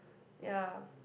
ya